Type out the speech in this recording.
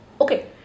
Okay